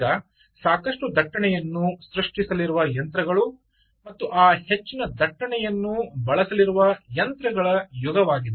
ಈಗ ಸಾಕಷ್ಟು ದಟ್ಟಣೆಯನ್ನು ಸೃಷ್ಟಿಸಲಿರುವ ಯಂತ್ರಗಳು ಮತ್ತು ಆ ಹೆಚ್ಚಿನ ದಟ್ಟಣೆಯನ್ನು ಬಳಸಲಿರುವ ಯಂತ್ರಗಳ ಯುಗವಾಗಿದೆ